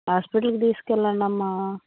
హాస్పిటల్కి తీసుకెళ్ళండమ్మా